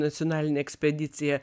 nacionalinė ekspedicija